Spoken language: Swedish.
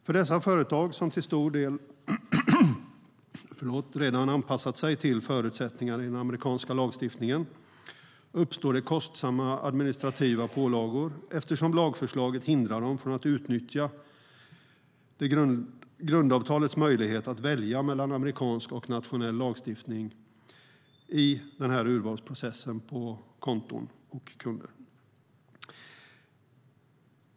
För dessa företag, som till stor del redan anpassat sig till förutsättningarna i den amerikanska lagstiftningen, uppstår det kostsamma administrativa pålagor eftersom lagförslaget hindrar dem från att utnyttja grundavtalets möjlighet att välja mellan amerikansk och nationell lagstiftning i urvalsprocessen för konton och kunder.